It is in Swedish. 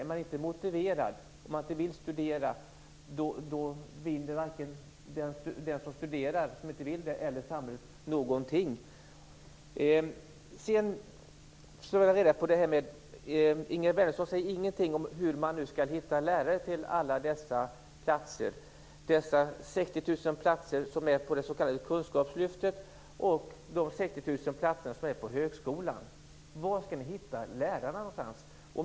Är man inte motiverad, om man inte vill studera, då vinner inte den som vill studera eller samhället någonting. Ingegerd Wärnersson säger ingenting om hur man skall hitta lärare till alla dessa 60 000 platser som ingår i det s.k. kunskapslyftet och de 60 000 platserna på högskolan. Var skall ni hitta lärarna?